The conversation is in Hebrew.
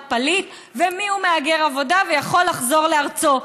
פליט ומיהו מהגר עבודה ויכול לחזור לארצו.